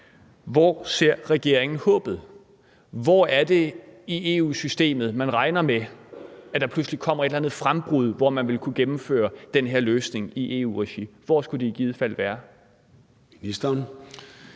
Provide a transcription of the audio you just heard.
Hvor ser regeringen håbet? Hvor er det i EU-systemet, man regner med, at der pludselig kommer et eller andet frembrud, hvor man vil kunne gennemføre den her løsning i EU-regi? Hvor skulle det i givet fald være?